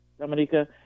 Dominica